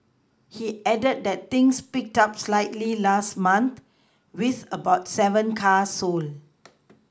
he added that things picked up slightly last month with about seven cars sold